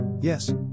Yes